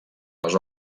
les